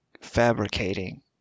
fabricating